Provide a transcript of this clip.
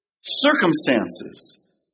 circumstances